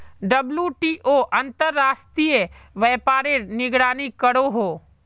WTO अंतर्राश्त्रिये व्यापारेर निगरानी करोहो